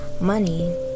money